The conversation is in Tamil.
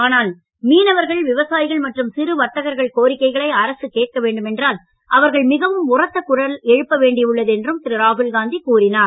ஆனால் மீனவர்கள் விவசாயிகள் மற்றும் சிறு வர்த்தகர்கள் கோரிக்கைகளை அரசு கேட்க வேண்டுமென்றால் அவர்கள் மிகவும் உரத்த குரல் எழுப்ப வேண்டி உள்ளது என்றும் திரு ராகுல்காந்தி கூறினார்